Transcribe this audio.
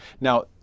Now